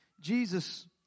Jesus